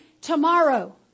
tomorrow